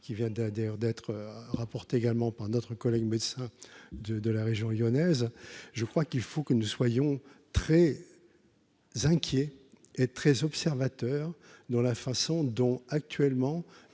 d'ailleurs d'être rapportée également par notre collègue médecin de de la région lyonnaise, je crois qu'il faut que nous soyons très. Inquiet et très observateur dans la façon dont actuellement